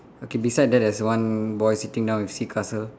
okay beside that there's one boy sitting down with sea castle